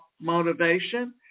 motivation